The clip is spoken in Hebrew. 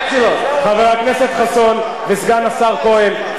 חבר הכנסת חסון וסגן השר כהן.